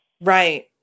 Right